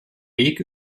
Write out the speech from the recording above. weg